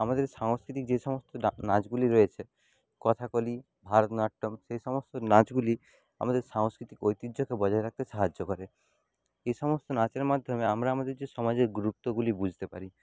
আমাদের সাংস্কৃতিক যে সমস্ত ডা নাচগুলি রয়েছে কথাকলি ভারতনাট্যম সে সমস্ত নাচগুলি আমাদের সাংস্কৃতিক ঐতিহ্যকে বজায় রাখতে সাহায্য করে এ সমস্ত নাচের মাধ্যমে আমরা আমাদের যে সমাজের গুরুত্বগুলি বুঝতে পারি